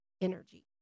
energy